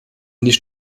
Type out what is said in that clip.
nicht